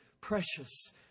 precious